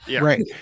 Right